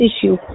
issue